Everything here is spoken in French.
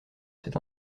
cet